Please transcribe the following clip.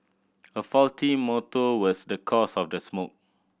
a faulty motor was the cause of the smoke